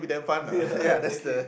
ya exactly